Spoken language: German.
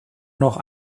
noch